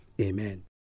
Amen